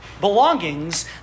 belongings